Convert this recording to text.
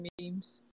memes